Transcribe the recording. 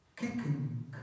kicking